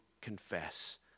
confess